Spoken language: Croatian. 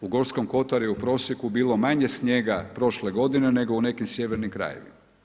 U Gorskom kotaru je u prosjeku bilo manje snijega prošle godine nego u nekim sjevernim krajevima.